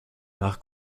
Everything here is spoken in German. nach